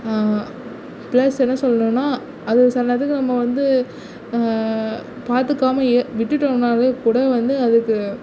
plus என்ன சொல்லனுன்னால் அது சில நேரத்துக்கு நம்ம வந்து பார்த்துக்காம விட்டுட்டோம்னால் கூட வந்து அதுக்கு